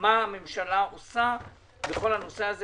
מה הממשלה עושה בכל הנושא הזה